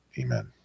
Amen